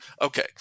Okay